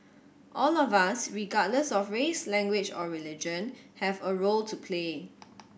all of us regardless of race language or religion have a role to play